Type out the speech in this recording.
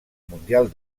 mundial